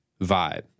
vibe